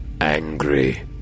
angry